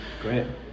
Great